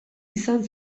izan